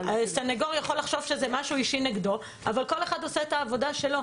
סניגור יכול לחשוב שזה משהו אישי נגדו אבל כל אחד עושה את העבודה שלו.